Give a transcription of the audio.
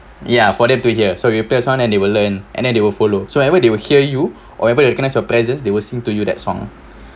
yeah for them to hear so we play a sound and they will learn and then they will follow so ever they will hear you or ever they recognise your presence they will sing to you that song